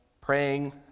praying